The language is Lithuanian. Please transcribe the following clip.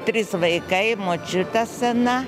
trys vaikai močiutė sena